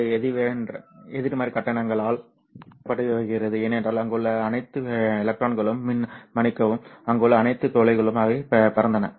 இது எதிர்மறை கட்டணங்களால் வகைப்படுத்தப்படுகிறது ஏனென்றால் அங்குள்ள அனைத்து எலக்ட்ரான்களும் மன்னிக்கவும் அங்குள்ள அனைத்து துளைகளும் அவை பறந்தன